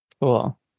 Cool